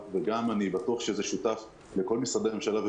ואני בטוח ששותפים כל משרדי הממשלה,